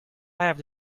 have